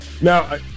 Now